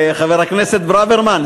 חבר הכנסת ברוורמן,